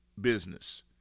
business